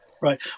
Right